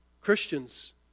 Christians